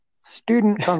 student